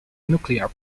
nuclear